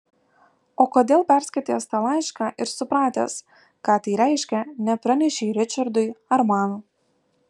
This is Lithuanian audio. o kodėl perskaitęs tą laišką ir supratęs ką tai reiškia nepranešei ričardui ar man